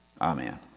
Amen